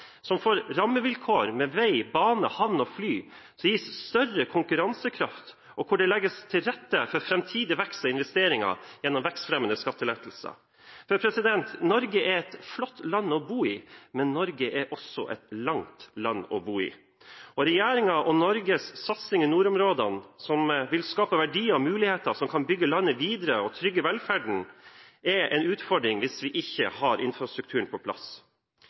som får rammevilkår med vei, bane, havn og fly som gir større konkurransekraft, og hvor det legges til rette for framtidig vekst og investeringer gjennom vekstfremmende skattelettelser. Norge er et flott land å bo i, men Norge er også et langt land å bo i. Regjeringen og Norges satsing i nordområdene, som vil skape verdier og muligheter som kan bygge landet videre og trygge velferden, er en utfordring hvis vi ikke har infrastrukturen på plass.